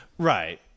Right